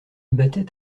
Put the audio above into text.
battait